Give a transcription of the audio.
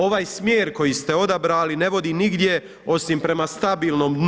Ovaj smjer koji ste odabrali ne vodi nigdje osim prema stabilnom dnu.